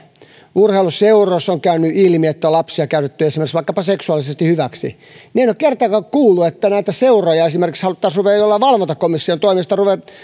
urheiluseuroissa on käynyt ilmi että on lapsia käytetty esimerkiksi seksuaalisesti hyväksi niin en ole kertaakaan kuullut että näitä seuroja haluttaisiin ruveta jonkin valvontakomission toimesta